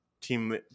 team